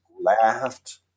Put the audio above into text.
laughed